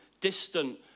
distant